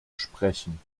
sprechen